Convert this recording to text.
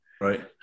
Right